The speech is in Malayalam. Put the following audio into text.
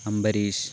അംബരീഷ്